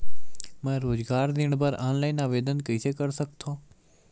मैं रोजगार ऋण बर ऑनलाइन आवेदन कइसे कर सकथव?